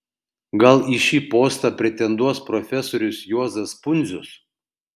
gal į šį postą pretenduos profesorius juozas pundzius